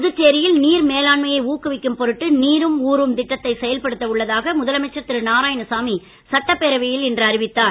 புதுச்சேரியில் நீர் மேலாண்மையை ஊக்குவிக்கும் பொருட்டு நீரும் ஊரும் திட்டத்தை செயல்படுத்த உள்ளதாக முதலமைச்சர் திரு நாராயணசாமி சட்டப்பேரவையில் இன்று அறிவித்தார்